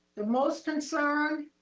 the most concerned,